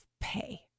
pay